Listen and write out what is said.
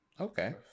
Okay